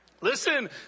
Listen